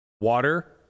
Water